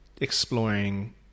exploring